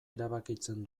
erabakitzen